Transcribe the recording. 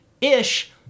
Ish